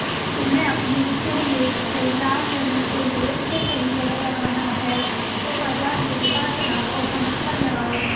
तुम्हे अपने वित्तीय निवेश से लाभ लेने के लिए उसे सही जगह लगाना है तो बाज़ार के उतार चड़ाव को समझकर लगाओ